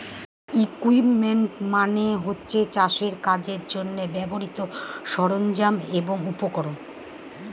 equipment মানে হচ্ছে চাষের কাজের জন্যে ব্যবহৃত সরঞ্জাম এবং উপকরণ